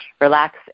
relax